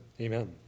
Amen